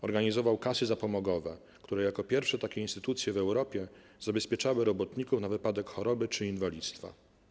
Organizował kasy zapomogowe, które jako pierwsze takie instytucje w Europie zabezpieczały robotników na wypadek choroby czy inwalidztwa.